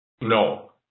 no